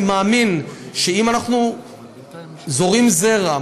אני מאמין שאם אנחנו זורעים זרע,